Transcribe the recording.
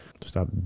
stop